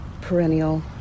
perennial